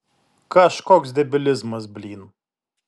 kažkoks debilizmas blyn